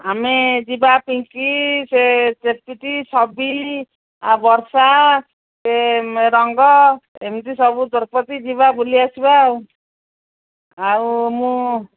ଆମେ ଯିବା ପିଙ୍କି ସେ ଚେପିଟି ସବି ଆଉ ବର୍ଷା ସେ ମ ରଙ୍ଗ ଏମିତି ସବୁ ଦରପତି ଯିବା ବୁଲି ଆସିବା ଆଉ ଆଉ ମୁଁ